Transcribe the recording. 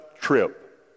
trip